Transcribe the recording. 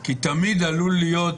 כי תמיד עלול להיות